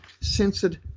censored